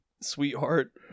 sweetheart